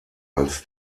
als